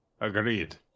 Agreed